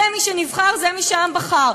זה מי שנבחר, זה מי שהעם בחר.